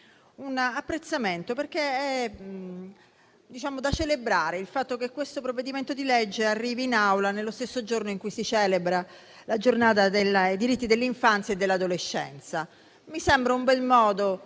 un apprezzamento, perché è da celebrare il fatto che questo provvedimento di legge arrivi in Aula nello stesso giorno in cui si celebra la Giornata mondiale dei diritti dell'infanzia e dell'adolescenza. Mi sembra un bel modo